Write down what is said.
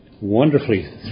Wonderfully